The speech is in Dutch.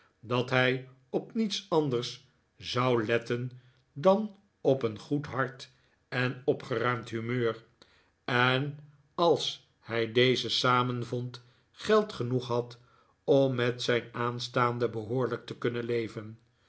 dat hij op niets anders zou letten dan op een goed hart en opgeruimd humeur en als hij deze samen vond geld genoeg had om met zijn aanstaande behoorlijk te kunnen leven